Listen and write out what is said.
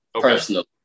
personally